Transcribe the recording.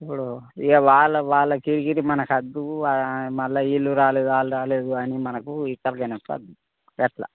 ఇప్పుడు ఇక వాళ్ళ వాళ్ళకి ఇది మనకొద్దు మళ్ళా వీళ్ళు రాలేదు వాళ్ళు రాలేదు అని మనకు ఈ తలకాయ నొప్పి వద్దు అట్లా